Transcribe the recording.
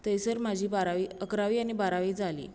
थंयसर म्हजी बारावी अकरावी आनी बारावी जाली